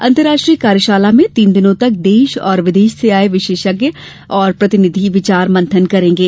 अन्तर्राष्ट्रीय कार्यशाला में तीन दिनों तक देश और विदेशों से आये विषय विशेषज्ञ और प्रतिनिधि विचार मंथन करेंगे